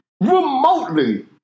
remotely